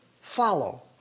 follow